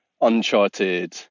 uncharted